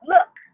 Look